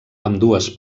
ambdues